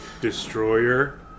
destroyer